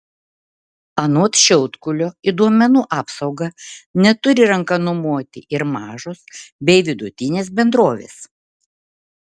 anot šiaudkulio į duomenų apsaugą neturi ranka numoti ir mažos bei vidutinės bendrovės